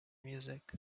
music